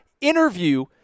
interview